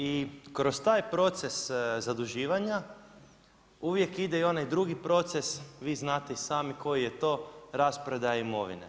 I kroz taj proces zaduživanja uvijek ide i onaj drugi proces, vi znate sami koji je to, rasprodaja imovine.